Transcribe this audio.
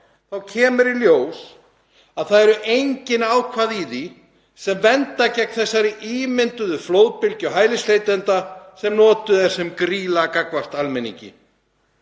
kemur í ljós að það eru engin ákvæði í því sem vernda gegn þessari ímynduðu flóðbylgju hælisleitenda sem notuð er sem grýla gagnvart almenningi.